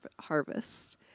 harvest